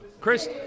Chris